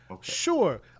sure